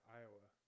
Iowa